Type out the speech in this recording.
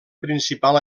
principal